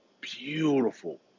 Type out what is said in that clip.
beautiful